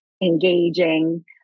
engaging